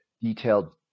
detailed